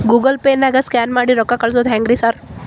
Google ಪೇನಾಗ scan ಮಾಡಿ ರೊಕ್ಕಾ ಕಳ್ಸೊದು ಹೆಂಗ್ರಿ ಸಾರ್?